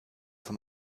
vom